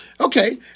okay